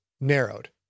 narrowed